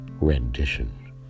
rendition